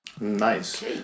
nice